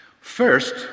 First